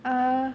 ah